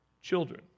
children